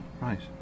Right